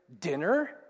dinner